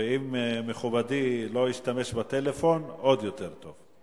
ואם מכובדי לא ישתמש בטלפון, עוד יותר טוב.